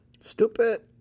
Stupid